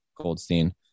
Goldstein